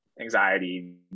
anxiety